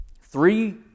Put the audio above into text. three